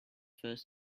first